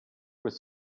was